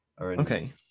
okay